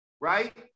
right